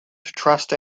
trust